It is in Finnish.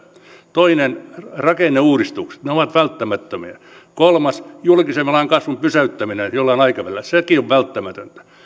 toinen on rakenneuudistukset ne ovat välttämättömiä kolmas on julkisen vallan kasvun pysäyttäminen jollain aikavälillä sekin on välttämätöntä